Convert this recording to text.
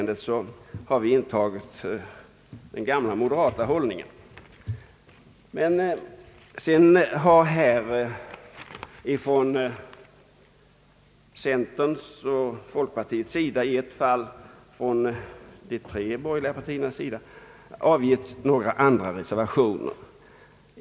Där har vi intagit den gamla moderata hållningen. Från centern och folkpartiet — i ett fall från de tre borgerliga partierna — har avgivits några andra reservationer.